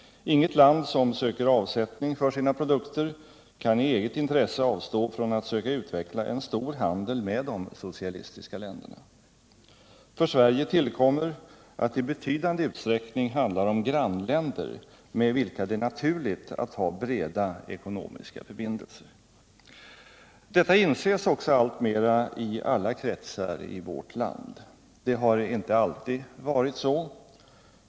Inget land som söker avsättning för sina produkter kan i eget intresse avstå från att söka utveckla en stor handel med de socialistiska länderna. För Sverige tillkommer att det i betydande utsträckning är fråga om grannländer med vilka det är naturligt att ha breda ekonomiska förbindelser. Detta inses också alltmera i alla kretsar i vårt land. Det har inte alltid varit så.